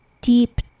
deep